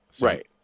Right